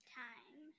time